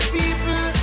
people